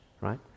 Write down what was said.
right